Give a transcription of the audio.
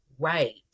Right